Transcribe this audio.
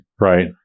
right